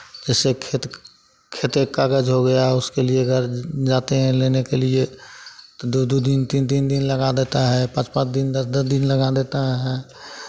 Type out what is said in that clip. जैसे खेत खेते के कागज़ हो गया उसके लिए जाते हैं लेने के लिए तो दो दो दिन तीन तीन दिन लगा देता है पाँच पाँच दिन दस दस दिन लगा देता है